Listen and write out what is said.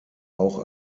auch